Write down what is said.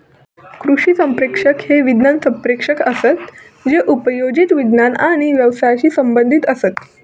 कृषी संप्रेषक हे विज्ञान संप्रेषक असत जे उपयोजित विज्ञान आणि व्यवसायाशी संबंधीत असत